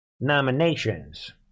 nominations